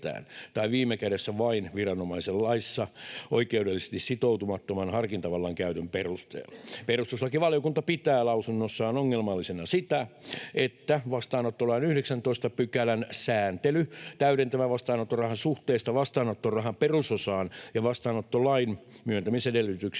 tai viime kädessä vain viranomaisen laissa oikeudellisesti sitomattoman harkintavallan käytön perusteella. Perustuslakivaliokunta pitää lausunnossaan ongelmallisena sitä, että vastaanottolain 19 §:n sääntely täydentävän vastaanottorahan suhteesta vastaanottorahan perusosaan ja vastaanottolain myöntämisedellytyksistä